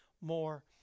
more